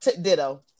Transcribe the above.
Ditto